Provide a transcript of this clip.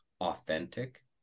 authentic